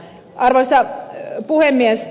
arvoisa puhemies